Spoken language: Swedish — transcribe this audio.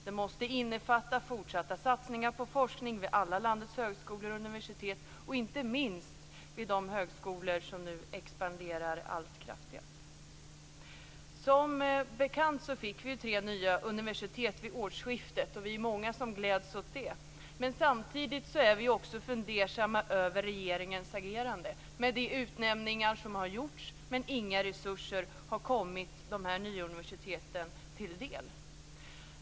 Det måste innefatta fortsatta satsningar på forskning vid alla landets högskolor och universitet, inte minst vid de högskolor som nu kraftigt expanderar. Som bekant fick vi tre nya universitet vid årsskiftet. Vi är många som gläds åt det. Men samtidigt är vi också fundersamma över regeringens agerande. Utnämningar har gjorts, men inga resurser har kommit de nya universiteten till del.